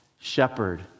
shepherd